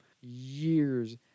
years